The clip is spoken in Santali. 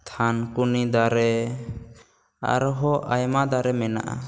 ᱛᱷᱟᱱᱠᱩᱱᱤ ᱫᱟᱨᱮ ᱟᱨ ᱦᱚᱸ ᱟᱭᱢᱟ ᱫᱟᱨᱮ ᱢᱮᱱᱟᱜᱼᱟ